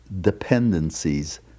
dependencies